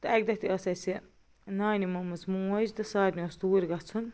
تہٕ اَکہِ دۄہ تہٕ ٲسۍ اسہِ نانہِ مٔمٕژ موجۍ تہٕ سارنٕے اوس توٗرۍ گَژھُن